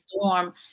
storm